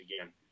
again